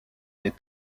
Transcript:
des